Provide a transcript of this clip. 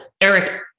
Eric